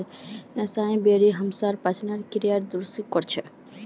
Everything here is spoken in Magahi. असाई बेरी हमसार पाचनेर क्रियाके दुरुस्त कर छेक